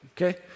okay